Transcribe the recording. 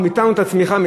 או: מיתנו את הצמיחה,